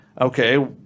Okay